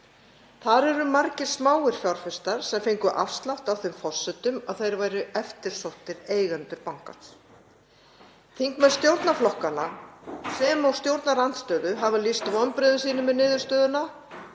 Þar eru margir smáir fjárfestar sem fengu afslátt á þeim forsendum að þeir væru eftirsóttir eigendur bankans. Þingmenn stjórnarflokkanna sem og stjórnarandstöðu hafa lýst vonbrigðum sínum með niðurstöðuna.